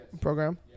program